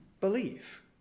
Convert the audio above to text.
believe